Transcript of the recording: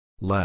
Left